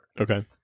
Okay